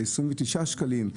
ב-29 שקלים?